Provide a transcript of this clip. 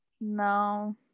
No